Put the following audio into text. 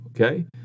Okay